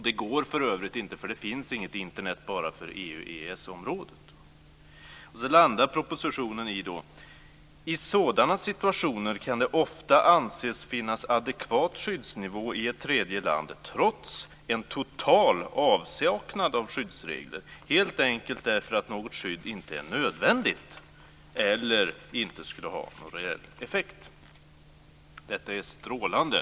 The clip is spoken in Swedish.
Det går för övrigt inte, för det finns inget Propositionen landar då på detta, enligt betänkandet: "I sådana situationer kan det ofta anses finnas adekvat skyddsnivå i ett tredje land, trots en total avsaknad av skyddsregler, helt enkelt därför att något skydd inte är nödvändigt eller inte skulle ha någon reell effekt." Detta är strålande.